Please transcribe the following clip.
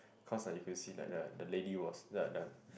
cause like you can see like the the lady was the the